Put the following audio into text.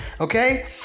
okay